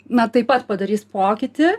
na taip pat padarys pokytį